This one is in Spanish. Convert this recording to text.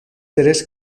tres